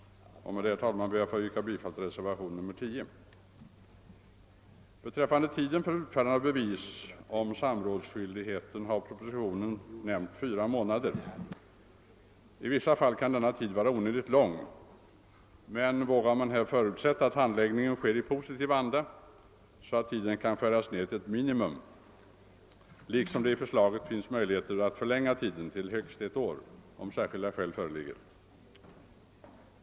Med detta, herr talman, ber jag få yrka bifall till reservationen 10. Beträffande tiden för utfärdandet av bevis om fullgjord samrådsskyldighet har propositionen nämnt fyra månader. I vissa fall kan denna tid vara onödigt lång. Man vågar väl här förutsätta att handläggningen sker i positiv anda så att tiden kan skäras ned till ett minimum. Å andra sidan finns i förslaget möjlighet att förlänga tiden till högst ett år om särskilda skäl föreligger.